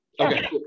Okay